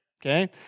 okay